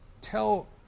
tell